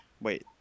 wait